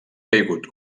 caigut